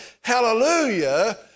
Hallelujah